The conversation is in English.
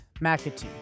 McAtee